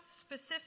specific